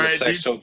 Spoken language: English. right